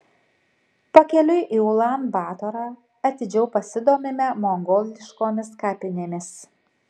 pakeliui į ulan batorą atidžiau pasidomime mongoliškomis kapinėmis